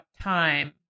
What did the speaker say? time